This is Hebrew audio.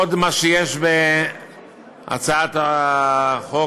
עוד בהצעת החוק,